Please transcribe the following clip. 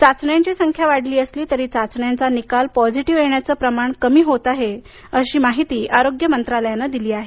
चाचण्यांची संख्या वाढली असली तरी चाचण्यांचा निकाल पॉझिटिव्ह येण्याचं प्रमाण कमी होत आहे अशी माहिती आरोग्य मंत्रालायानं दिली आहे